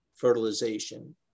fertilization